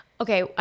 Okay